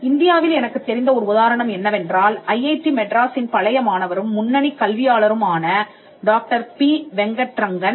இந்தியாவில் எனக்குத் தெரிந்த ஒரு உதாரணம் என்னவென்றால் ஐஐடி மெட்ராஸின் பழைய மாணவரும் முன்னணி கல்வியாளரும் ஆன டாக்டர் பி வெங்கட் ரங்கன்Dr